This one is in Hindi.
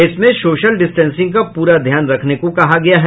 इसमें सोशल डिस्टेंसिंग का पूरा ध्यान रखने को कहा गया है